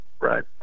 Right